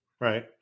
Right